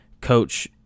Coach